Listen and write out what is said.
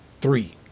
three